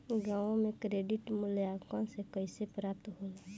गांवों में क्रेडिट मूल्यांकन कैसे प्राप्त होला?